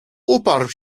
uparł